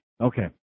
Okay